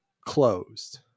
closed